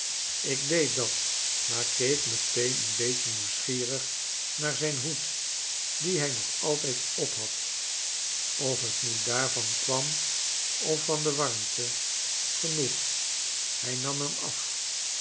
ik deed dat maar keek meteen een beetje nieuwsgierig naar zyn hoed dien hij nog altijd ophad of t nu daarvan kwam of van de warmte genoeg hij nam hem af